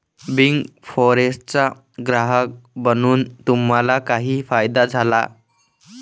Big फोरचा ग्राहक बनून तुम्हाला काही फायदा झाला?